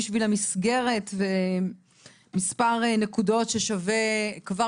בשביל המסגרת ומספר נתונים ששווה כבר